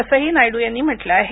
असंही नायडू यांनी म्हटलं आहे